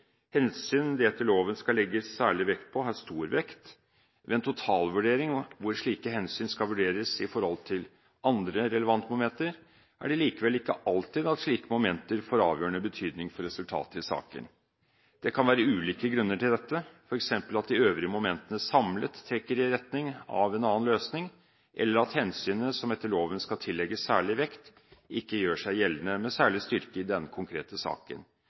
Hensyn det etter loven skal legges særlig vekt på, har stor vekt. Ved en totalvurdering hvor slike hensyn skal vurderes i forhold til andre relevante momenter, er det likevel ikke alltid at slike momenter får avgjørende betydning for resultatet i saken. Det kan være ulike grunner til dette, for eksempel at de øvrige momentene samlet trekker i retning av en annen løsning, eller at hensynet som etter loven skal tillegges særlig vekt ikke gjør seg gjeldende med særlig styrke i den konkrete saken.